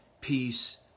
peace